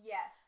Yes